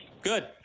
Good